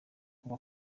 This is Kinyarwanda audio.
kuba